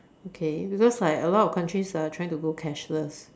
okay because like a lot of countries are trying to go cashless